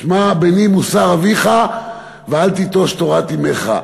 "שמע בני מוסר אביך ואל תִּטֹּשׁ תורת אִמֶּךָ".